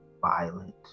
violent